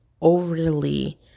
overly